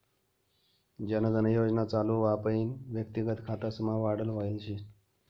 जन धन योजना चालू व्हवापईन व्यक्तिगत खातासमा वाढ व्हयल शे